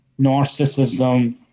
narcissism